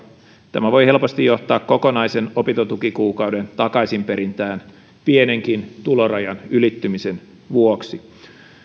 tämä voi helposti johtaa kokonaisen opintotukikuukauden takaisinperintään pienenkin tulorajan ylittymisen vuoksi